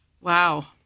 Wow